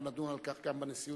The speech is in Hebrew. אנחנו נדון על כך גם בנשיאות.